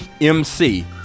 MC